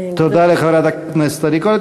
תודה לחברת הכנסת עדי קול.